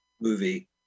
movie